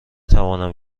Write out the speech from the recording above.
توانم